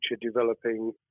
developing